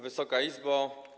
Wysoka Izbo!